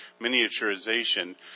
miniaturization